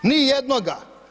Ni jednoga.